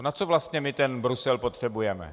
Na co vlastně my ten Brusel potřebujeme?